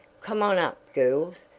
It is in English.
come on up, girls.